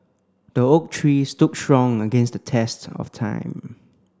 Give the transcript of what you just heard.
the oak tree stood strong against the test of time